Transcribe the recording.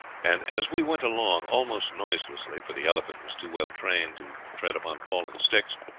and as we went along almost noiselessly, for the elephant was too well trained to tread upon fallen sticks,